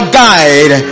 guide